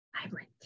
vibrant